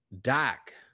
Dak